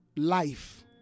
life